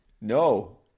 No